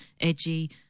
edgy